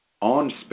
on